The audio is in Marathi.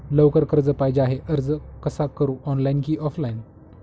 लवकर कर्ज पाहिजे आहे अर्ज कसा करु ऑनलाइन कि ऑफलाइन?